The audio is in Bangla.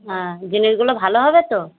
হ্যাঁ জিনিসগুলো ভালো হবে তো